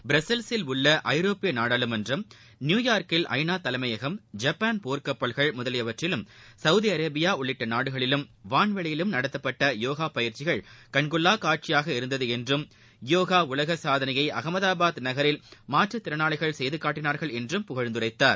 ப்ரஸல்ஸில் உள்ள ஐரோப்பிய நாடாளுமன்றம் நியூயார்க்கில் ஐநா தலைமையம் ஜப்பான் போர்க்கப்பல்கள் முதலியவற்றிலும் சவுதி அரேபியா உள்ளிட்ட நாடுகளிலும் வான்வெளியிலும் நடத்தப்பட்ட யோகா பயிற்சிகள் கண்கொள்ளா காட்சியாக இருந்தது என்றும் யோகா உலக சாதனையை அகமதாபாத் நகரில் மாற்றுத்திறனாளிகள் செய்து காட்டினார்கள் என்றும் புகழ்ந்துரைத்தார்